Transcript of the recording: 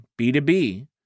B2B